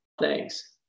Thanks